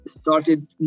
started